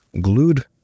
Glued